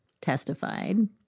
testified